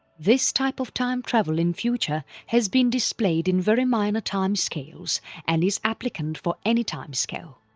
this type of time-travel in future has been displayed in very minor time scales and is applicant for any time scale.